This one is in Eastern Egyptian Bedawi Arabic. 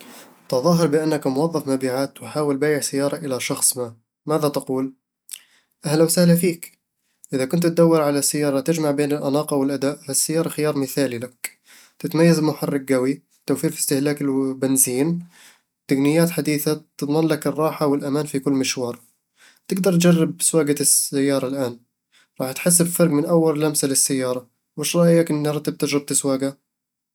تظاهر بأنك موظف مبيعات تحاول بيع سيارة إلى شخص ما. ماذا تقول؟ أهلًا وسهلًا فيك! إذا كنت تدور على سيارة تجمع بين الأناقة والأداء، هالسيارة خيار مثالي لك" تتميز بمحرك قوي، توفير في استهلاك الو- البنزين، وتقنيات حديثة بتضمن لك الراحة والأمان في كل مشوار "تقدر تجرب سواقة السيارة الآن، راح تحس بفرق من أول لمسّة للسيارة! وش رايك نرتب تجربة سواقة؟